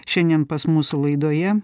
šiandien pas mus laidoje